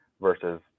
versus